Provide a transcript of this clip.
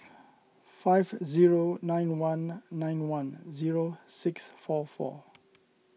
five zero nine one nine one zero six four four